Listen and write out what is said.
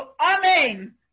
Amen